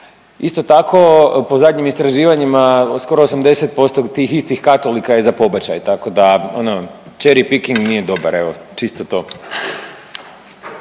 isto tako po zadnjim istraživanjima skoro 80% tih istih katolika je za pobačaj tako da ono … nije dobar, evo čisto to.